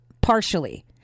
partially